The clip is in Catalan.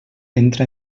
entra